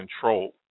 control